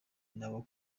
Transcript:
nabo